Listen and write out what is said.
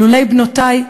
לולא בנותי,